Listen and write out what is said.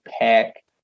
pack